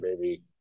baby